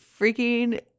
freaking